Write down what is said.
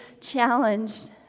challenged